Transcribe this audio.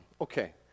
okay